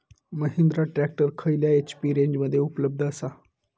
Mahindra tractor खयल्या HP रेंजमध्ये उपलब्ध आसा?